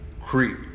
creep